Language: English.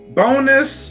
bonus